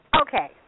okay